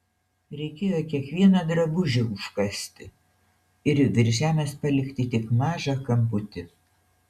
reikėjo kiekvieną drabužį užkasti ir virš žemės palikti tik mažą kamputį